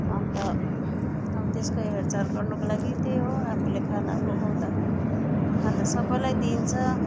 अन्त अब त्यसको हेरचाह गर्नुको लागि त्यही हो आफूले खाना पकाउँदा खाँदा सबैलाई दिइन्छ